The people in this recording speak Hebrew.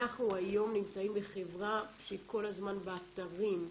אנחנו היום נמצאים בחברה שהיא כל הזמן באתרים,